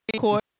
Court